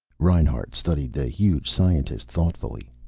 reinhart studied the huge scientist thoughtfully.